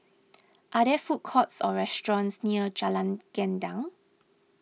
are there food courts or restaurants near Jalan Gendang